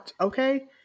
Okay